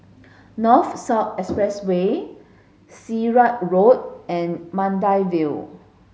North South Expressway Sirat Road and Maida Vale